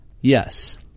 Yes